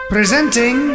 Presenting